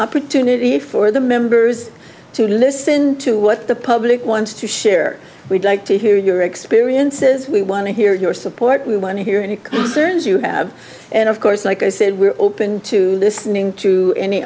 opportunity for the members to listen to what the public wants to share we'd like to hear your experiences we want to hear your support we want to hear any concerns you have and of course like i said we're open to listening to any